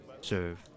serve